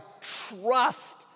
trust